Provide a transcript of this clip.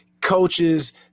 coaches